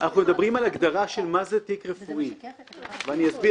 אנחנו מדברים על הגדרה של תיק רפואי ואני אסביר